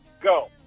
go